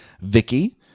Vicky